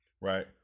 right